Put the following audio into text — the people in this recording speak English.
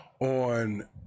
on